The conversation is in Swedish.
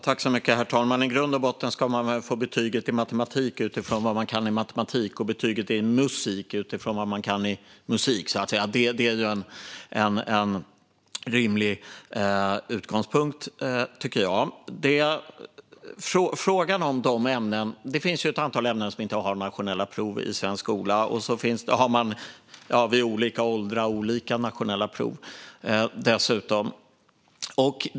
Herr talman! I grund och botten ska man väl få betyg i matematik utifrån vad man kan i matematik och betyg i musik utifrån vad man kan i musik. Det tycker jag är en rimlig utgångspunkt. Det finns ju ett antal ämnen som inte har nationella prov i svensk skola, och dessutom har man vid olika åldrar olika nationella prov.